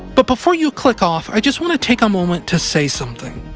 but before you click off, i just want to take a moment to say something.